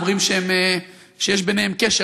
אומרים שיש ביניהם קשר.